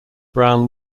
brown